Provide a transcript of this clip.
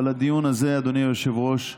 אבל לדיון הזה, אדוני היושב-ראש,